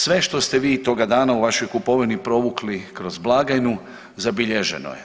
Sve što ste vi toga dana u vašoj kupovini provukli kroz blagajnu zabilježeno je.